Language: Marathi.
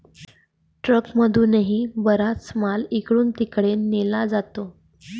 ट्रकमधूनही बराचसा माल इकडून तिकडे नेला जातो